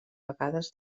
vegades